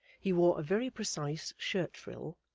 he wore a very precise shirt-frill,